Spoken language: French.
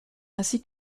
ainsi